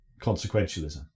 consequentialism